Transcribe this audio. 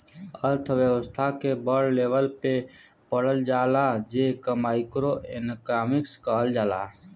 अर्थव्यस्था के बड़ लेवल पे पढ़ल जाला जे के माइक्रो एक्नामिक्स कहल जाला